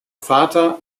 vater